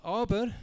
aber